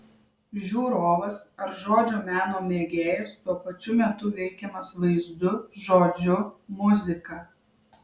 žiūrovas ar žodžio meno mėgėjas tuo pačiu metu veikiamas vaizdu žodžiu muzika